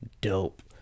dope